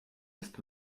ist